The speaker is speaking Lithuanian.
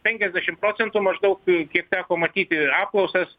penkiasdešim procentų maždaug kiek teko matyti apklausas